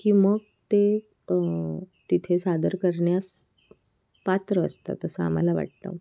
की मग ते तिथे सादर करण्यास पात्र असतात असं आम्हाला वाटतं